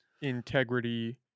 integrity